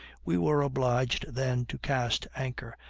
we were obliged then to cast anchor,